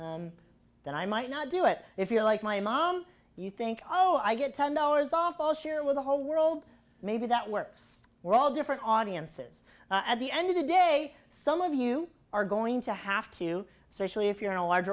that i might not do it if you like my mom you think oh i get ten dollars off all share with the whole world maybe that works we're all different audiences at the end of the day some of you are going to have to specially if you're in a large